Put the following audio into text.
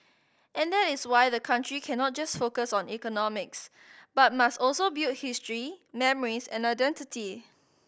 and that is why the country cannot just focus on economics but must also build history memories and identity